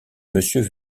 monsieur